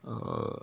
err